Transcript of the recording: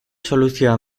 soluzioa